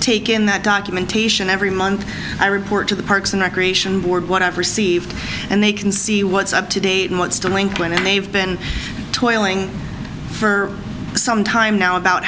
take in that documentation every month i report to the parks and recreation board what i've received and they can see what's up to date and what's the link went and they've been toiling for some time now about